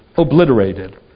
obliterated